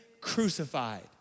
crucified